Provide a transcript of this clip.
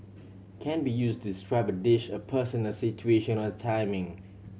can be use to describe a dish a person a situation or a timing